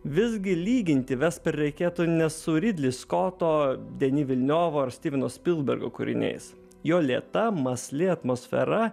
visgi lyginti vester reikėtų ne su ridli skoto deni vilniovo ar stiveno spilbergo kūriniais jo lėta mąsli atmosfera